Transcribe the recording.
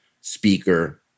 speaker